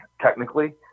technically